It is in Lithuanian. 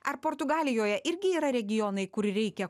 ar portugalijoje irgi yra regionai kur reikia